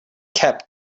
kept